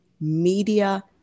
media